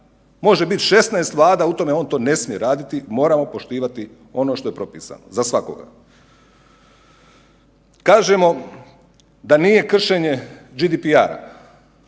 može biti 16 vlada u tome, on to ne smije raditi, moramo poštivati ono što je propisano za svakoga. Kažemo da nije kršenje GDPR